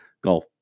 golf